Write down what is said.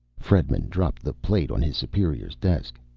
fredman dropped the plate on his superior's desk.